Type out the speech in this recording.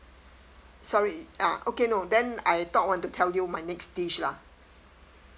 sorry uh okay no then I thought want to tell you my next dish lah